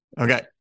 Okay